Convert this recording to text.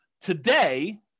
Today